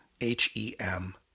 H-E-M